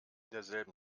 derselben